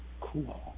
Cool